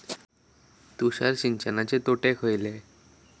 तुषार सिंचनाचे तोटे खयले?